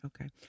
okay